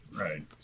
right